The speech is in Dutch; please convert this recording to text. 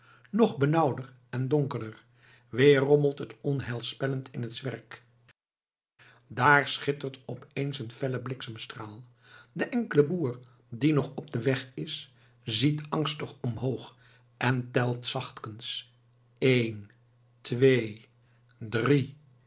nog benauwder en donkerder weer rommelt het onheilspellend in het zwerk daar schittert op eens een felle bliksemstraal de enkele boer die nog op den weg is ziet angstig omhoog en telt zachtkens een twee drie